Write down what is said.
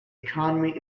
economy